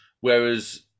whereas